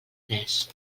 tres